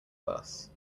bus